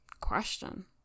question